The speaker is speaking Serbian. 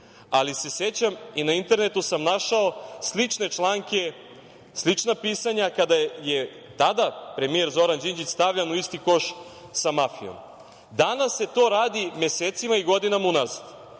ali se sećam i na internetu sam našao slične članke, slična pisanja kada je tada premijer Zoran Đinđić stavljan u isti koš sa mafijom. Danas se to radi mesecima i godinama unazad. Ovo